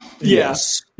Yes